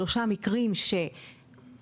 שלושה מקרים שהתלוננו,